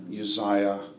Uzziah